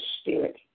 spirit